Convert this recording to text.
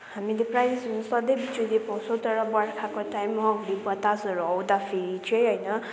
हामीले प्रायः जस्तो सधैँ बिजुली पाउँछौँ तर बर्खाको टाइममा हुरीबतासहरू आउँदाखेरि चाहिँ होइन